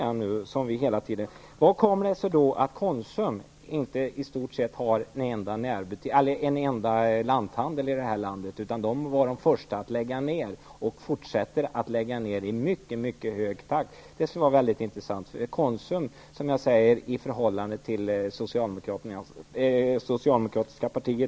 Hur kommer det sig att Konsum knappast har någon enda lanthandel här i landet? Konsum var först att lägga ner och fortsätter att lägga ner i hög takt. Det skulle vara intressant att höra. Konsum ligger ju ganska nära socialdemokratiska partiet.